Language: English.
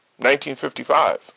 1955